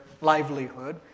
livelihood